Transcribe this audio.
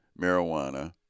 marijuana